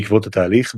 בעקבות התהליך,